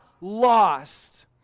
lost